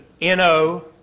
N-O